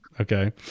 Okay